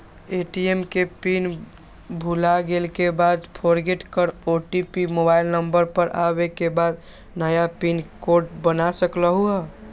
ATM के pin भुलागेल के बाद फोरगेट कर ओ.टी.पी मोबाइल नंबर पर आवे के बाद नया पिन कोड बना सकलहु ह?